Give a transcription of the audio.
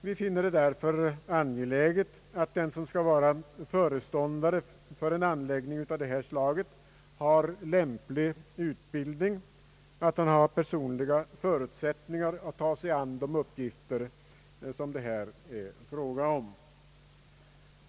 Det är därför angeläget att den som skall vara föreståndare för en anläggning av detta slag har lämplig utbildning och personliga förutsättningar att ta sig an de uppgifter det här är fråga om.